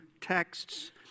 texts